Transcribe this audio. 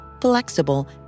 flexible